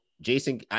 Jason